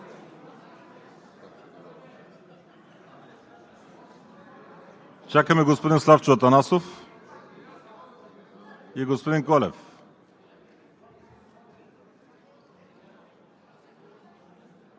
Чакаме господин Славчо Атанасов и господин Колев.